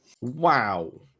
wow